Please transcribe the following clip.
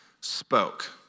spoke